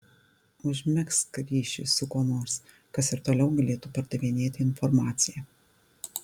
užmegzk ryšį su kuo nors kas ir toliau galėtų perdavinėti informaciją